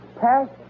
past